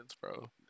bro